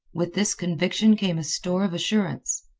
with this conviction came a store of assurance.